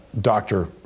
doctor